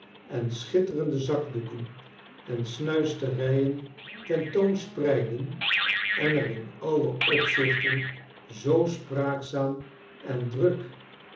en schitterende zakdoeken en snuisterijen ten toon spreidden en er in alle opzichten zoo spraakzaam en druk